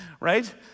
Right